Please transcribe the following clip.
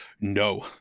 No